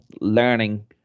learning